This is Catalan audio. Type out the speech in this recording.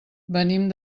venim